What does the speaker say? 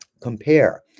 Compare